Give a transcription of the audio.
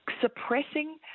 suppressing